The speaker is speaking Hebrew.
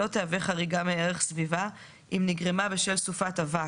לא תהווה חריגה מערך סביבה אם נגרמה בשל סופת אבק,